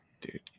dude